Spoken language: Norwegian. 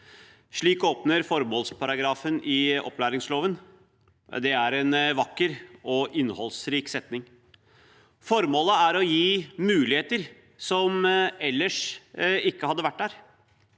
Slik åpner formålsparagrafen i opplæringsloven. Det er en vakker og innholdsrik setning. Formålet er å gi muligheter som ellers ikke hadde vært der.